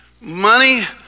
Money